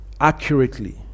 Accurately